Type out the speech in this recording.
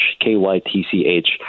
K-Y-T-C-H